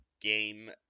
game